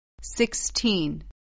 sixteen